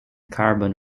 carbon